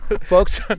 folks